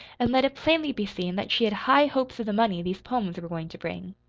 and let it plainly be seen that she had high hopes of the money these poems were going to bring.